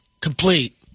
complete